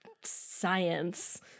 science